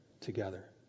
together